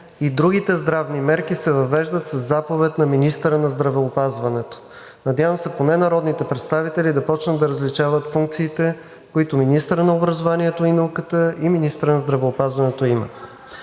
и другите здравни мерки се въвеждат със заповед на министъра на здравеопазването. Надявам се поне народните представители да започнат да различават функциите, които министърът на образованието и науката и министърът на здравеопазването имат.